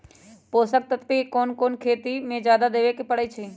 पोषक तत्व क कौन कौन खेती म जादा देवे क परईछी?